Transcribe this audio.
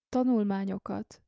Tanulmányokat